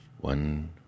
One